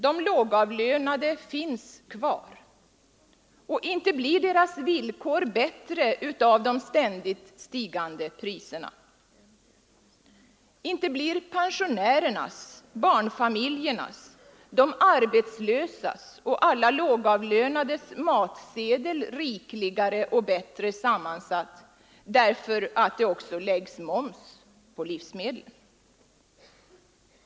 De lågavlönade finns kvar, och inte blir deras villkor bättre av de ständigt stigande priserna. Inte blir pensionärernas, barnfamiljernas, de arbetslösas och alla lågavlönades matsedel rikligare och bättre sammansatt därför att det också läggs moms på livsmedlen.